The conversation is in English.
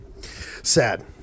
Sad